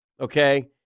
okay